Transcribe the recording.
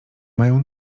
mają